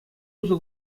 усӑ